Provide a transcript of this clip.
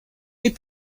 need